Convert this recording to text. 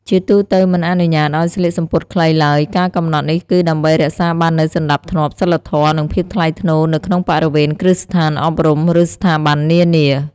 ជាទូទៅ មិនអនុញ្ញាតឱ្យស្លៀកសំពត់ខ្លីឡើយការកំណត់នេះគឺដើម្បីរក្សាបាននូវសណ្ដាប់ធ្នាប់ សីលធម៌ និងភាពថ្លៃថ្នូរនៅក្នុងបរិវេណគ្រឹះស្ថានអប់រំ ឬស្ថាប័ននានា។